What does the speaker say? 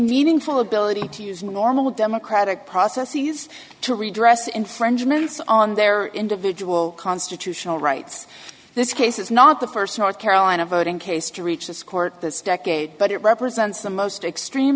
meaningful ability to use normal democratic processes to redress infringements on their individual constitutional rights this case is not the first north carolina voting case to reach this court this decade but it represents the most extreme